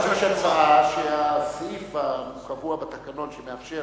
תגיש הצעה שהסעיף הקבוע בתקנון שמאפשר